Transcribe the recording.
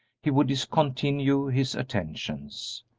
he would discontinue his attentions.